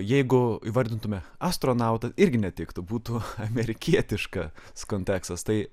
jeigu įvardintume astronautą irgi netiktų būtų amerikietiškas kontekstas tai